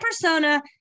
persona